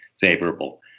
favorable